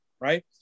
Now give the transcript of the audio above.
right